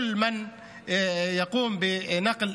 בפרט, וכלפי האנשים בכלל.